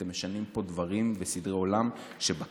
אתם משנים פה דברים וסדרי עולם כשבקצה